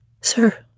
Sir